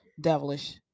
devilish